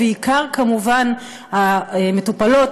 ובעיקר כמובן על חשבון המטופלות,